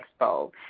Expo